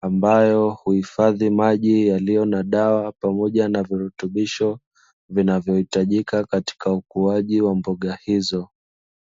ambayo huhifadhi maji yaliyo na dawa pamoja na virutubisho, vinavyohitajika katika ukuaji wa mboga hizo.